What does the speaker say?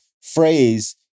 phrase